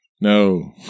no